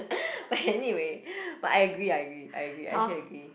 but anyway but I agree I agree I agree I actually agree